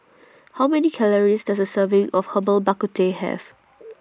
How Many Calories Does A Serving of Herbal Bak Ku Teh Have